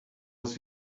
aos